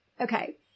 Okay